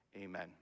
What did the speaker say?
amen